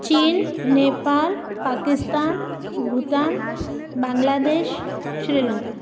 China Nepal Pakistan Bhutan Bangladesh Sri Lanka